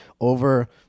over